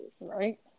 Right